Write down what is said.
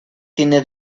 tiene